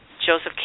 joseph